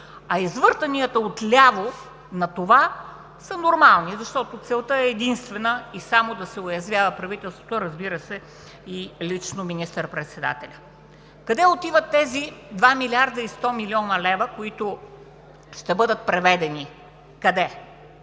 А извъртанията отляво на това са нормални, защото целта е единствено и само да се уязвява правителството, разбира се, и лично министър-председателят. Къде отиват тези 2 млрд. 100 млн. лв., които ще бъдат преведени? Къде? По